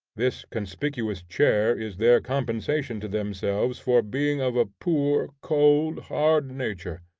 this conspicuous chair is their compensation to themselves for being of a poor, cold, hard nature.